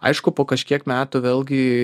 aišku po kažkiek metų vėlgi